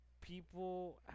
people